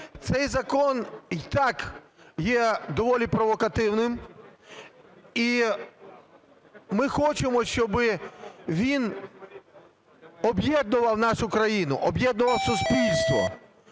Цей закон і так є доволі провокативним. І ми хочемо, щоби він об'єднував нашу країну, об'єднував суспільство.